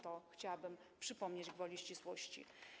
To chciałabym przypomnieć gwoli ścisłości.